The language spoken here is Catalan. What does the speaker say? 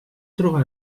trobar